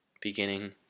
beginning